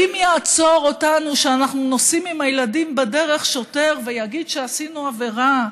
אם יעצור אותנו שוטר כשאנחנו נוסעים עם הילדים בדרך ויגיד שעשינו עבירה,